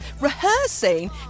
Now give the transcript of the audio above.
Rehearsing